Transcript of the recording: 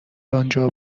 آنجا